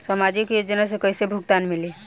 सामाजिक योजना से कइसे भुगतान मिली?